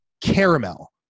Caramel